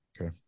Okay